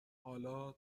حالا